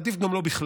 עדיף לא בכלל